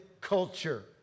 culture